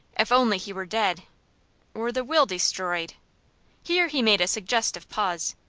if only he were dead or the will destroyed here he made a suggestive pause.